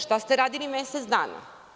Šta ste radili mesec dana.